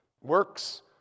Works